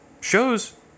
shows